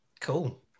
Cool